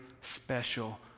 special